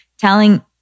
telling